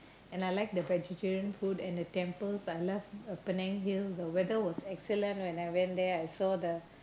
and I like the vegetarian food and the temples but I love the Penang hill the weather was excellent when I went there I saw the